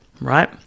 right